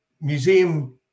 museum